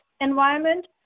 environment